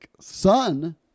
son